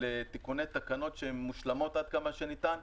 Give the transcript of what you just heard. תיקוני תקנות מושלמות עד כמה שניתן,